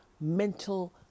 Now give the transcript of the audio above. mental